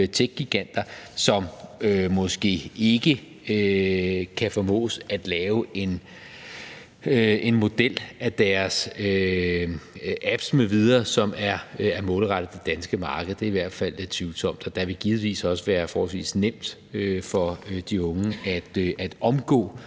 som måske ikke kan formås at lave en model af deres apps m.v., som er målrettet det danske marked. Det er i hvert fald lidt tvivlsomt. Og det vil givetvis også være forholdsvis nemt for de unge at omgå